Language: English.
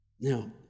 now